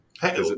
Hey